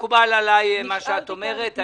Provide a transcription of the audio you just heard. מקובל עלי מה שאת אומרת.